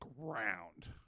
ground